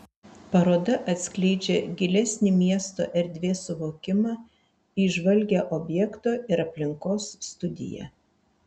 paroda atskleidžia gilesnį miesto erdvės suvokimą įžvalgią objekto ir aplinkos studiją